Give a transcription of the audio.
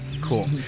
Cool